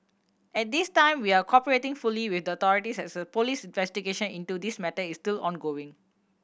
at this time we are cooperating fully with the authorities as a police investigation into this matter is still ongoing